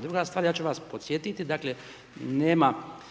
Druga stvar, ja ću vas podsjetiti, dakle, nema